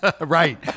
Right